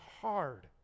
hard